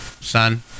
son